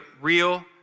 real